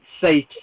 safe